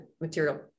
material